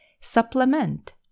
supplement